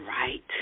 Right